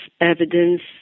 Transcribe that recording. evidence